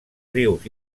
rius